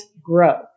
grow